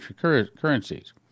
currencies